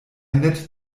nett